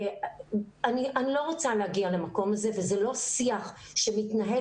אני לא רוצה להגיע למקום הזה וזה לא שיח שמתנהל,